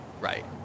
right